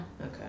okay